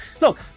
Look